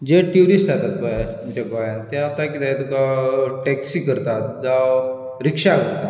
जे tourist आसात पय आमच्या गोंयांत ते आतां कितें तुका टॅक्सी करतात जावं रिक्शा करतात